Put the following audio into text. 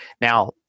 now